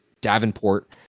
Davenport